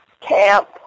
camp